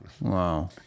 Wow